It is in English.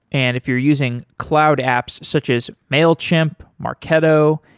and if you're using cloud apps such as mailchimp, marketo,